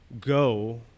Go